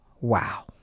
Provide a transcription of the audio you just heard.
Wow